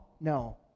No